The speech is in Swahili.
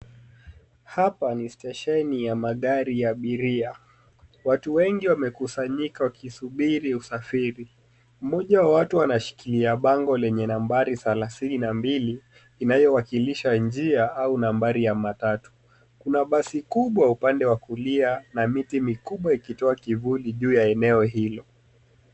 Hapa ni stesheni ya magari ya abiria. Watu wengi wamekusanyika wakisubiri usafiri. Mmoja wa watu anashikilia bango lenye nambari thelathini na mbili inayowakilisha njia au nambari ya matatu. Kuna basi kubwa upande wa kulia na miti mikubwa ikitoa kivuli juu ya eneo hilo.